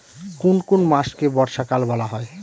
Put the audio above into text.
কোন কোন মাসকে বর্ষাকাল বলা হয়?